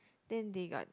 then they got